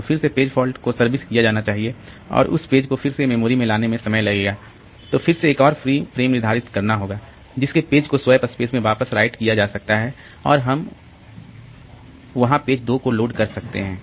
तो फिर से पेज फॉल्ट को सर्विस किया जाना होगा और उस पेज को फिर से मेमोरी में लाने में समय लगेगा फिर से एक और फ्री फ्रेम निर्धारित करना होगा जिसके पेज को स्वैप स्पेस में वापस से राइट किया जा सकता है और वहां हम पेज 2 को लोड कर सकते हैं